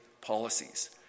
policies